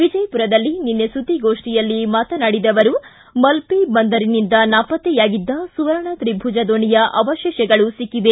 ವಿಜಯಪುರದಲ್ಲಿ ನಿನ್ನೆ ಸುದ್ದಿಗೋಷ್ಠಿಯಲ್ಲಿ ಮಾತನಾಡಿದ ಅವರು ಮಲ್ಪೆ ಬಂದರಿನಿಂದ ನಾಪತ್ತೆಯಾಗಿದ್ದ ಸುವರ್ಣ ತ್ರಿಭುಜ ದೋಣಿಯ ಅವಶೇಷಗಳು ಸಿಕ್ಕವೆ